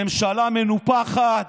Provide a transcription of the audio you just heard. ממשלה מנופחת,